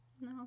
no